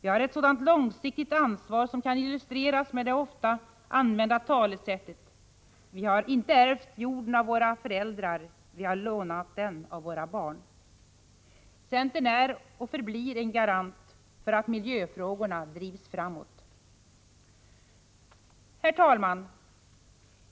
Vi har ett långsiktigt ansvar, som kan illustreras med följande ofta använda talesätt: Vi har inte ärvt jorden av våra föräldrar. Vi har den till låns av våra barn. Centern är och förblir en garant för att miljöfrågorna ges hög prioritet. Herr talman!